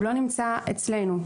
הוא לא נמצא אצלנו.